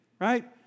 right